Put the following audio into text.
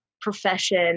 profession